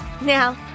Now